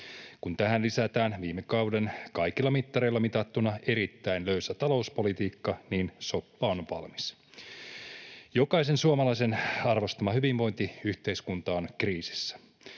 Kun tähän lisätään viime kauden kaikilla mittareilla mitattuna erittäin löysä talouspolitiikka, niin soppa on valmis. Jokaisen suomalaisen arvostama hyvinvointiyhteiskunta on kriisissä.